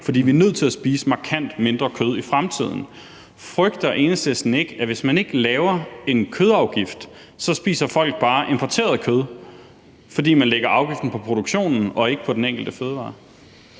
fordi vi er nødt til at spise markant mindre kød i fremtiden. Frygter Enhedslisten ikke, at hvis man ikke laver en kødafgift, spiser folk bare importeret kød, fordi man lægger afgiften på produktionen og ikke på den enkelte fødevare?